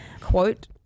quote